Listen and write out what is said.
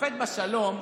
שופט בשלום,